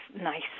nice